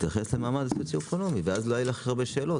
להתייחס למעמד סוציואקונומי ואז לא יהיו לך הרבה שאלות.